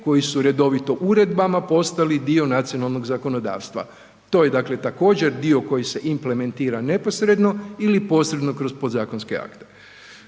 koji su redovito uredbama postali dio nacionalnog zakonodavstva. To je također dio koji se implementira neposredno ili posredno kroz podzakonske akte.